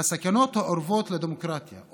הסכנות האורבות לדמוקרטיה,